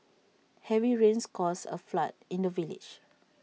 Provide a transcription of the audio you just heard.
heavy rains caused A flood in the village